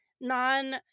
non